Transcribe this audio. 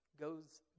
goes